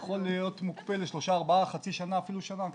יכול להיות מוקפא לחצי שנה, אפילו שנה הכרטיס.